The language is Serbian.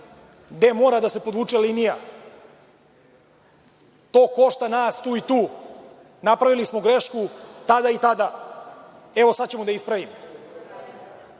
gde mora da se podvuče linija. To košta nas tu i tu. Napravili smo grešku tada i tada. Evo, sada ćemo da je ispravimo. Ako